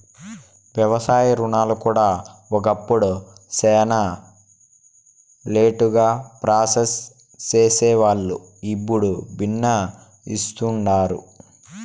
వ్యవసాయ రుణాలు కూడా ఒకప్పుడు శానా లేటుగా ప్రాసెస్ సేసేవాల్లు, ఇప్పుడు బిన్నే ఇస్తుండారు